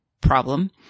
problem